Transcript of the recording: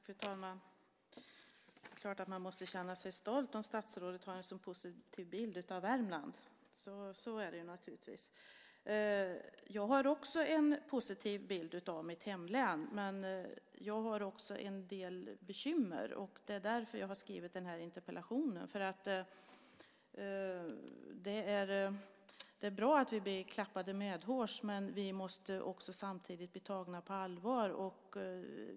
Fru talman! Det är klart att man måste känna sig stolt om statsrådet har en så positiv bild av Värmland! Så är det ju naturligtvis. Jag har också en positiv bild av mitt hemlän, men jag har också en del bekymmer, och det är därför jag har skrivit den här interpellationen. Det är bra att vi blir klappade medhårs, men vi måste också samtidigt bli tagna på allvar.